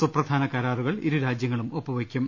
സുപ്രധാന കരാറുക്കൾ ഇരു രാജ്യങ്ങളും ഒപ്പുവെ യ്ക്കും